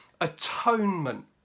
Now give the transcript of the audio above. atonement